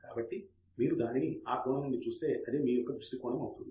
కాబట్టి మీరు దానిని ఆ కోణం నుండి చూస్తే అదే మీ యొక్క దృష్టి కోణము అవుతుంది